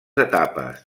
etapes